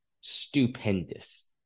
stupendous